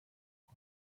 کنن